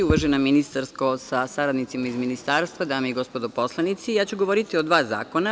Uvažena ministarko sa saradnicima iz Ministarstva, dame i gospodo poslanici, ja ću govoriti o dva zakona.